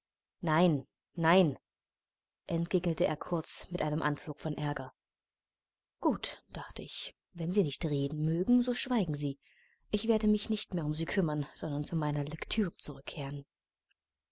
nein nein entgegnete er kurz mit einem anflug von ärger gut dachte ich wenn sie nicht reden mögen so schweigen sie ich werde mich nicht mehr um sie kümmern sondern zu meiner lektüre zurückkehren